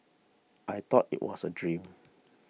I thought it was a dream